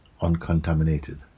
uncontaminated